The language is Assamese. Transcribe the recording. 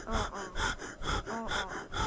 অঁ অঁ অঁ অঁ